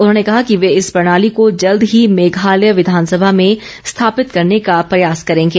उन्होंने कहा कि वे इस प्रणाली को जल्द ही मेघालय विधानसभा में स्थापित करने का प्रयास करेंगे